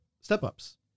step-ups